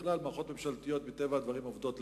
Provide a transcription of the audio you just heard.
בכלל מערכות ממשלתיות מטבע הדברים עובדות לאט.